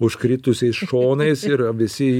užkritusiais šonais ir visi